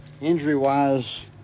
injury-wise